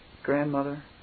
Grandmother